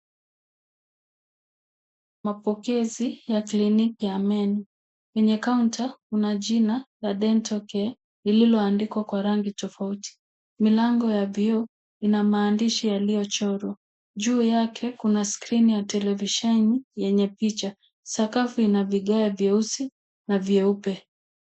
Mapokezi ya kliniki ya meno, yenye counter kuna jina Dental care lililoandikwa kwa rangi tofauti. Milango ya vioo, ina maandishi yaliyochorwa. Juu yake kuna skrini ya televisheni yenye picha. Sakafu ina viagae vyeusi na vyeupe.